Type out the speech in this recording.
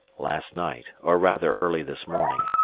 last night, or rather early this morning,